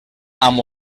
amb